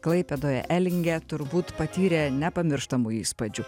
klaipėdoje elinge turbūt patyrė nepamirštamų įspūdžių